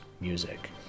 music